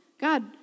God